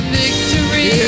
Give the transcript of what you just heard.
victory